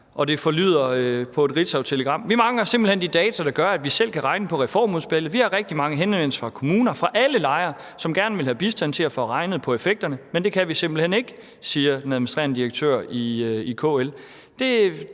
og det forlyder af et ritzautelegram: Vi mangler simpelt hen de data, der gør, at vi selv kan regne på reformudspillet. Vi har rigtig mange henvendelser fra kommuner, fra alle lejre, som gerne vil være have bistand til at få regnet på effekterne. Men det kan vi simpelt hen ikke. Det siger den administrerende direktør i KL.